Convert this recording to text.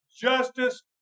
justice